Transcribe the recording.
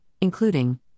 including